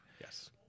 Yes